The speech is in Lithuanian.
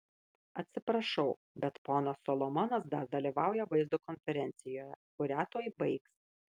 atsiprašau bet ponas solomonas dar dalyvauja vaizdo konferencijoje kurią tuoj baigs